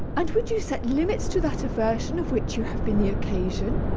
and would you set limits to that aversion of which you have been the occasion?